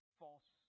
false